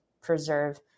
preserve